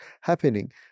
happening